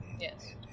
Yes